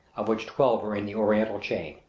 of which twelve are in the oriental chain.